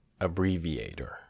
Abbreviator